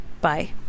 Bye